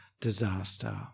disaster